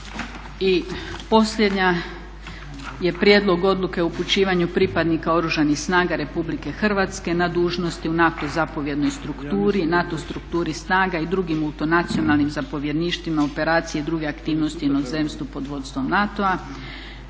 I posljednja je Prijedlog odluke o upućivanju pripadnika Oružanih snaga Republike Hrvatske na dužnosti u NATO zapovjednoj strukturi, NATO strukturi snaga i drugim multinacionalnim zapovjedništvima operacije i druge aktivnosti u inozemstvu pod vodstvom NATO-a,